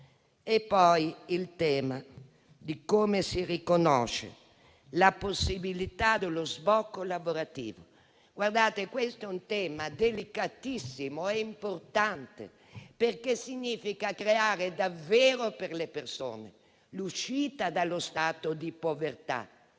poi il tema di come si riconosce la possibilità dello sbocco lavorativo. Questo è un tema delicatissimo e importante, perché significa creare davvero per le persone l'uscita dallo stato di povertà.